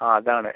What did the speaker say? ആ അതാണ്